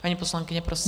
Paní poslankyně, prosím.